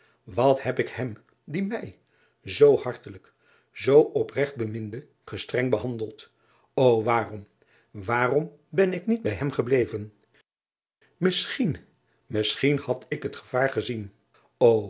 wat heb ik hem die mij zoo hartelijk zoo opregt beminde gestreng behandeld o waarom waarom ben ik niet bij driaan oosjes zn et leven van aurits ijnslager hem gebleven misschien misschien had ik het gevaar gezien o